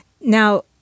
Now